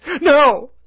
No